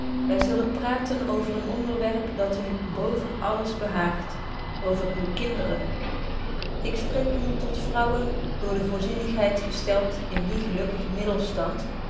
wy zullen praten over een onderwerp dat u boven alles behaagt over uwe kinderen overnatuurkundig metafysiek wijsgerig betje wolff proeve over de opvoeding ik spreek nu tot vrouwen door de voorzienigheid gesteld in dien gelukkigen middelstand